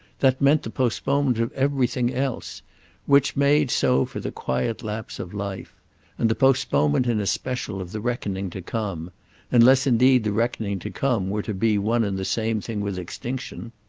that meant the postponement of everything else which made so for the quiet lapse of life and the postponement in especial of the reckoning to come unless indeed the reckoning to come were to be one and the same thing with extinction.